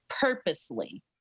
purposely